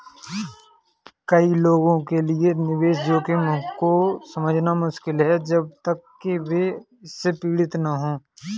कई लोगों के लिए निवेश जोखिम को समझना मुश्किल है जब तक कि वे इससे पीड़ित न हों